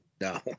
No